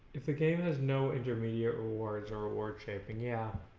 if game has no intermediate rewards or reward shaping, yeah